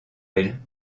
elle